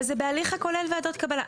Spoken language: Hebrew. אבל זה בהליך הכולל ועדות קבלה.